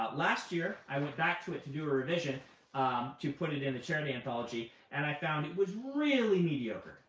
ah last year i went back to it to do a revision to put it it in a charity anthology, and i found it was really mediocre.